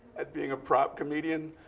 at being a prop comedian.